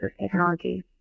technology